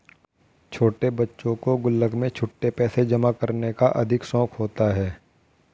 छोटे बच्चों को गुल्लक में छुट्टे पैसे जमा करने का अधिक शौक होता है